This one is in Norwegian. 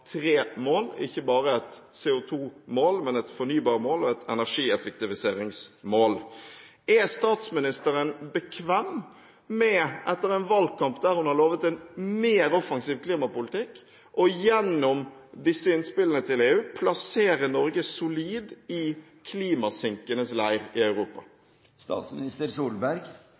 tre mål – ikke bare et CO2-mål, men et fornybarmål og et energieffektiviseringsmål. Er statsministeren bekvem med – etter en valgkamp der hun har lovet en mer offensiv klimapolitikk – gjennom disse innspillene til EU å plassere Norge solid i klimasinkenes leir i Europa?